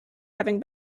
having